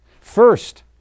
First